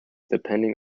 depending